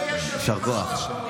ויש שווים פחות.